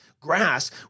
Grass